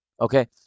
Okay